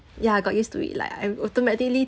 ya got used to it like I automatically